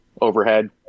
overhead